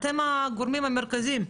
אתם הגורמים המרכזיים,